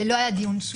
לא היה דיון, נכון.